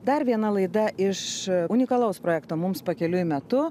dar viena laida iš unikalaus projekto mums pakeliui metu